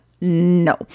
no